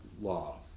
law